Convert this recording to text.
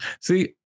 See